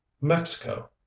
Mexico